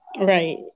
Right